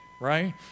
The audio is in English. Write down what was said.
right